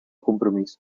compromís